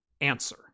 answer